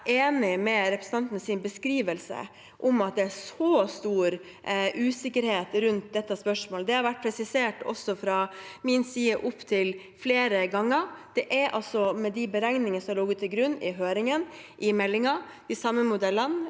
ikke enig i representanten Strifeldts beskrivelse av at det er så stor usikkerhet rundt dette spørsmålet. Det har også vært presisert fra min side opptil flere ganger. Det er altså, med de beregningene som har ligget til grunn i høringen i meldingen, de samme modellene